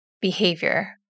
behavior